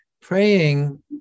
Praying